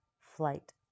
flight